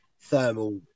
thermal